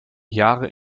jahre